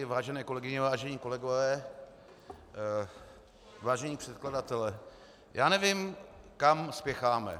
Vážené kolegyně, vážení kolegové, vážení předkladatelé, já nevím, kam spěcháme.